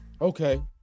Okay